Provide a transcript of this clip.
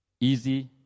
easy